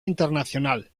internacional